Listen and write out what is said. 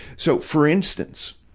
so, for instance,